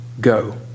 Go